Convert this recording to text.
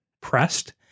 pressed